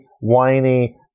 whiny